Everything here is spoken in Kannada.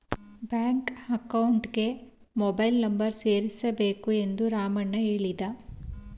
ಬ್ಯಾಂಕ್ ಅಕೌಂಟ್ಗೆ ಮೊಬೈಲ್ ನಂಬರ್ ಸೇರಿಸಬೇಕು ಎಂದು ರಾಮಣ್ಣ ಹೇಳಿದ